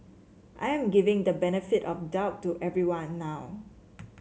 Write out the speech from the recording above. I am giving the benefit of doubt to everyone now